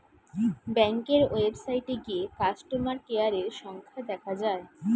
ব্যাংকের ওয়েবসাইটে গিয়ে কাস্টমার কেয়ারের সংখ্যা দেখা যায়